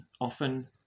often